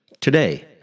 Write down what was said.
Today